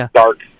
dark